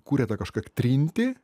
kuria tą kažkok trintį